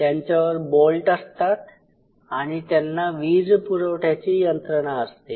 त्यांच्यावर बोल्ट असतात आणि त्यांना वीज पुरवठयाची यंत्रणा असते